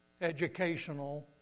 educational